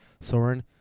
Soren